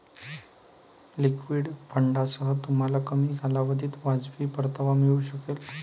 liquid फंडांसह, तुम्हाला कमी कालावधीत वाजवी परतावा मिळू शकेल